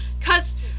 cause